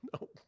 no